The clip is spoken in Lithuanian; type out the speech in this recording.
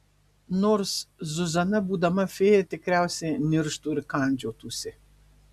nors zuzana būdama fėja tikriausiai nirštų ir kandžiotųsi